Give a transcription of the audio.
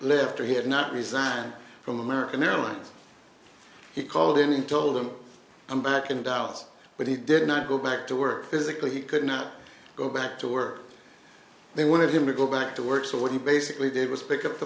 left or he had not resigned from american airlines he called in and told them i'm back in dallas but he did not go back to work physically he could not go back to work they wanted him to go back to work so what he basically did was pick up the